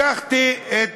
לקחתי את